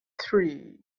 three